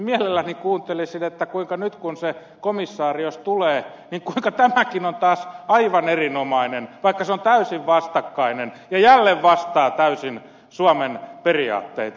mielelläni kuuntelisin nyt jos se komissaari tulee kuinka tämäkin on taas aivan erinomainen vaikka se on täysin vastakkainen ja jälleen vastaa täysin suomen periaatteita